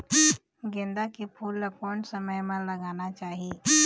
गेंदा के फूल ला कोन समय मा लगाना चाही?